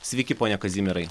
sveiki pone kazimierai